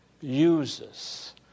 uses